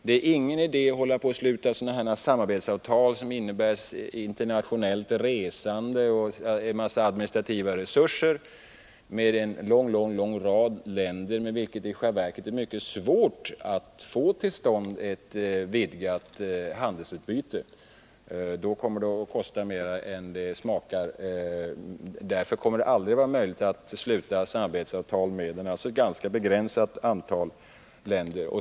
Det är ingen idé att sluta samarbetsavtal med en lång rad länder, när avtalen bara innebär internationellt resande och en mängd administrativa kostnader och när det är fråga om länder med vilka det i själva verket är mycket svårt att få till stånd ett vidgat handelsutbyte. Det skulle kosta mer än det smakar, och därför kommer det aldrig att vara möjligt att sluta samarbetsavtal med mer än ett ganska begränsat antal länder.